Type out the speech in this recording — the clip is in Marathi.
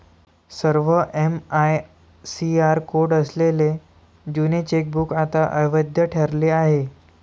सर्व एम.आय.सी.आर कोड असलेले जुने चेकबुक आता अवैध ठरले आहे